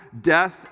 death